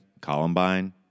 Columbine